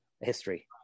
history